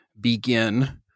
begin